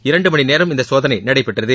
இரண்டுமணிநேரம் இந்தசோதனைநடைபெற்றது